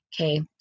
Okay